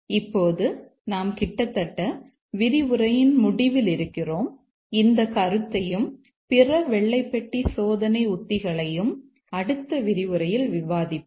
இப்போது நாம் கிட்டத்தட்ட விரிவுரையின் முடிவில் இருக்கிறோம் இந்த கருத்தையும் பிற வெள்ளை பெட்டி சோதனை உத்திகளையும் அடுத்த விரிவுரையில் விவாதிப்போம்